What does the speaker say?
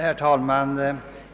Herr talman!